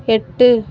எட்டு